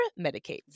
medicates